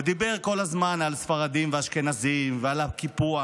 ודיבר כל הזמן על ספרדים ואשכנזים ועל הקיפוח